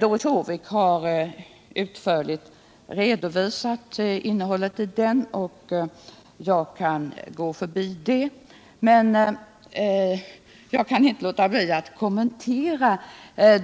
Doris Håvik har utförligt redovisat innehållet i motionen, och jag kan därför gå förbi det. Jag kan dock inte låta bli att kommentera